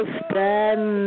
stand